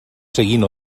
seguint